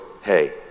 hey